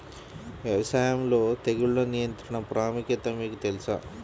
వ్యవసాయంలో తెగుళ్ల నియంత్రణ ప్రాముఖ్యత మీకు తెలుసా?